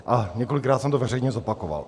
A několikrát jsem to veřejně zopakoval.